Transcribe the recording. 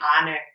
honor